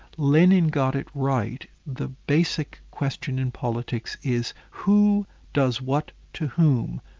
lenin got it right, the basic question in politics is who does what to whom?